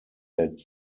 that